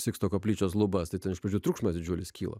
siksto koplyčios lubas tai ten iš pradžių triukšmas didžiulis kilo